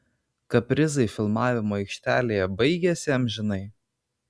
kaprizai filmavimo aikštelėje baigėsi amžinai